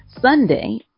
Sunday